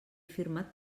firmat